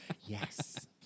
Yes